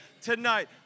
tonight